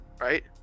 Right